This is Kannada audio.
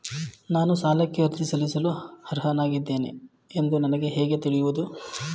ನಾನು ಸಾಲಕ್ಕೆ ಅರ್ಜಿ ಸಲ್ಲಿಸಲು ಅರ್ಹನಾಗಿದ್ದೇನೆ ಎಂದು ನನಗೆ ಹೇಗೆ ತಿಳಿಯುವುದು?